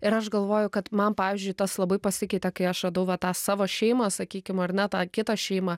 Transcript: ir aš galvoju kad man pavyzdžiui tas labai pasikeitė kai aš radau va tą savo šeimą sakykim ar na tą kitą šeimą